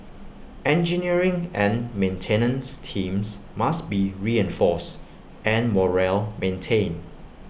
engineering and maintenance teams must be reinforced and morale maintained